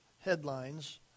headlines